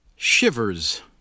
Shivers